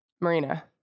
marina